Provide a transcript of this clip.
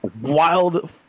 Wild